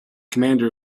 commander